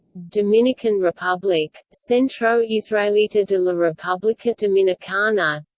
dominican republic centro israelita de la republica dominicana